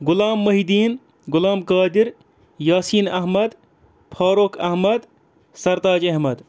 Ghulam Mohiuddin Ghulam Qadir Yasin Ahmad Farooq Ahmad Sartaj Ahmad